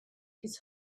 his